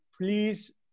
please